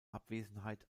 abwesenheit